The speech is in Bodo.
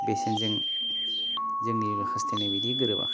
बेसेनजों जोंनि हास्थायनाय बायदि गोरोबाखै